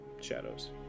shadows